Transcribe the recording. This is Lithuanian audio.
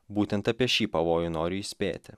būtent apie šį pavojų noriu įspėti